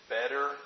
better